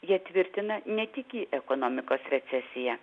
jie tvirtina netikį ekonomikos recesija